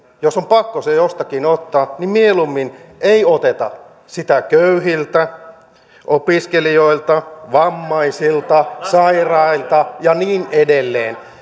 jos on pakko se jostakin ottaa mieluummin ei oteta sitä köyhiltä opiskelijoilta vammaisilta sairailta ja niin edelleen